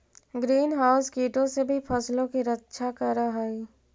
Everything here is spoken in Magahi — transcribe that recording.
ग्रीन हाउस कीटों से भी फसलों की रक्षा करअ हई